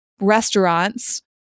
restaurants